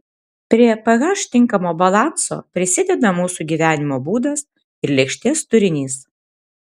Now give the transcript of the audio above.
prie ph tinkamo balanso prisideda mūsų gyvenimo būdas ir lėkštės turinys